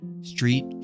Street